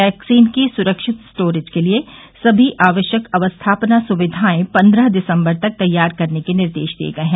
vaccine की सुरक्षित storage के लिये सभी आवश्यक अवस्थापना सुविधाएं पन्द्रह दिसम्बर तक तैयार करने के निर्देश दिये गये है